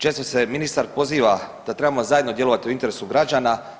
Često se ministar poziva da trebamo zajedno djelovati u interesu građana.